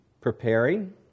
preparing